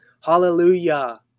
Hallelujah